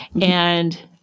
And-